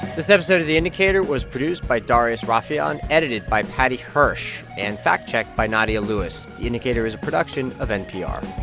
this episode of the indicator was produced by darius rafieyan, edited by paddy hirsch and fact-checked by nadia lewis. the indicator is a production of npr